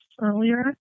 earlier